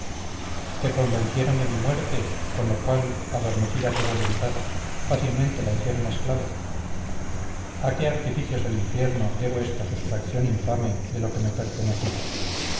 te convencieron de mi muerte con lo cual adormecida tu voluntad fácilmente la hicieron esclava a qué artificios del infierno debo esta sustracción infame de lo que me pertenecía